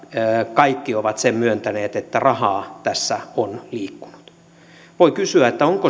kaikki ovat sen myöntäneet että rahaa tässä on liikkunut voi kysyä onko